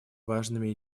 важными